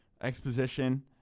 exposition